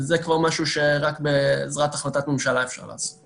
וזה כבר משהו שרק בעזרת החלטת ממשלה אפשר לעשות.